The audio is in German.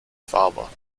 faber